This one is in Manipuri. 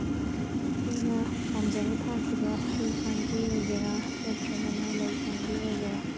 ꯑꯩꯅ ꯄꯥꯝꯖꯅ ꯊꯥꯈꯤꯕ ꯍꯩ ꯄꯥꯝꯕꯤ ꯑꯣꯏꯒꯦꯔꯥ ꯅꯠꯇ꯭ꯔꯒꯅ ꯂꯩ ꯄꯥꯝꯕꯤ ꯑꯣꯏꯒꯦꯔꯥ